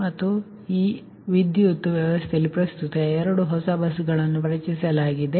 ಈಗ ಆ ವಿದ್ಯುತ್ ವ್ಯವಸ್ಥೆಯಲ್ಲಿ ಪ್ರಸ್ತುತ 2 ಹೊಸ ಬಸ್ಗಳನ್ನು ಪರಿಚಯಿಸಲಾಗಿದೆ